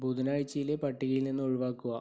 ബുധനാഴ്ചയിലെ പട്ടികയിൽ നിന്ന് ഒഴിവാക്കുക